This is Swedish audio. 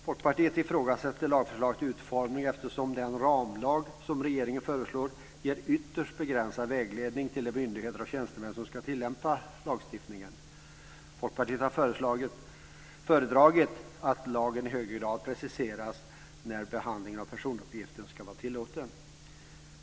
Folkpartiet ifrågasätter lagförslagets utformning, eftersom den ramlag som regeringen föreslår ger ytterst begränsad vägledning till de myndigheter och tjänstemän som ska tillämpa lagstiftningen. Folkpartiet hade föredragit att lagen i högre grad hade preciserat när behandlingen av personuppgifter ska vara tillåten.